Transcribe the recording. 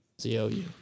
Z-O-U